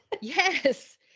Yes